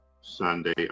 Sunday